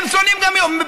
הם לא שונאים מוסלמים.